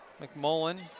McMullen